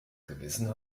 gewissen